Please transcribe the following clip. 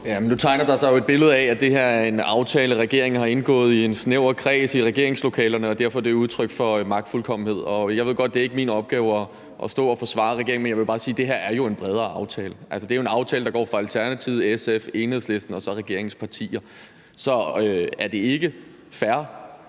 (SF): Nu tegner der sig jo et billede af, at det her er en aftale, regeringen har indgået i en snæver kreds i regeringslokalerne, og at det derfor er udtryk for magtfuldkommenhed. Jeg ved godt, at det ikke er min opgave at stå og forsvare regeringen, men jeg vil bare sige, at det her jo er en bredere aftale. Altså, det er en aftale, der går fra Alternativet, SF, Enhedslisten og så til regeringens partier. Så er det ikke fair